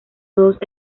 todos